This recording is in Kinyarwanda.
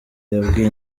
yabwiye